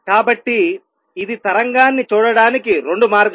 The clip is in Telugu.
కాబట్టి ఇది తరంగాన్ని చూడటానికి 2 మార్గాలు